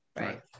Right